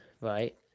right